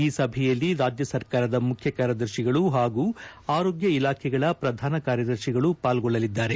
ಈ ಸಭಯಲ್ಲಿ ರಾಜ್ಯ ಸರ್ಕಾರದ ಮುಖ್ಯ ಕಾರ್ಯದರ್ಶಿಗಳು ಹಾಗೂ ಆರೋಗ್ಯ ಇಲಾಖೆಗಳ ಪ್ರಧಾನ ಕಾರ್ಯದರ್ಶಿಗಳು ಪಾಲ್ಗೊಳ್ಳಲಿದ್ದಾರೆ